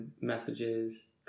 messages